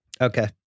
Okay